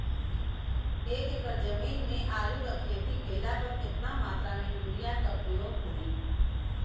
एक एकड़ जमीन में आलू क खेती कइला पर कितना मात्रा में यूरिया क प्रयोग होई?